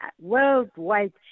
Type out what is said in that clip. worldwide